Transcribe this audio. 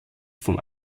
vom